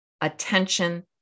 attention